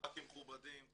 ח"כים מכובדים,